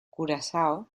curazao